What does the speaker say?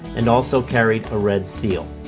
and also carried a red seal.